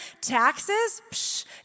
Taxes